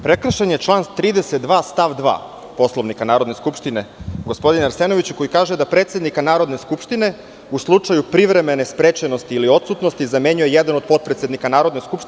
Prekršen je član 32. stav 2. Poslovnika Narodne skupštine, gospodine Arsenoviću, koji kaže da predsednika Narodne skupštine u slučaju privremene sprečenosti ili odsutnosti zamenjuje jedan od potpredsednika Narodne skupštine.